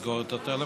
במסגדים,